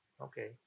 Okay